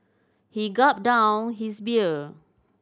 he gulped down his beer